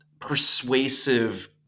persuasive